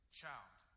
child